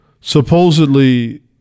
supposedly